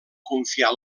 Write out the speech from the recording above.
confiar